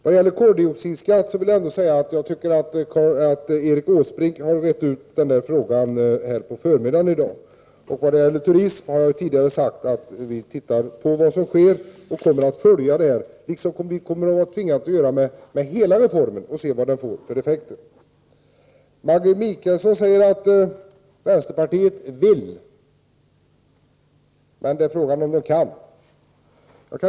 Vad gäller koldioxidskatten vill jag framhålla att Erik Åsbrink redde ut den frågan i förmiddags. Beträffande turismen har jag tidigare sagt att vi följer utvecklingen. Vi kommer för övrigt att även följa upp den här reformen och studera effekterna av den. Maggi Mikaelsson talar om vänsterpartiets vilja. Men det är inte fråga om att vilja utan om att kunna.